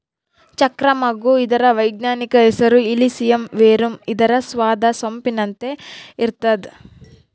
ಚಕ್ರ ಮಗ್ಗು ಇದರ ವೈಜ್ಞಾನಿಕ ಹೆಸರು ಇಲಿಸಿಯಂ ವೆರುಮ್ ಇದರ ಸ್ವಾದ ಸೊಂಪಿನಂತೆ ಇರ್ತಾದ